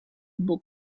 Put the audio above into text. book